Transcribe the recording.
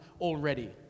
already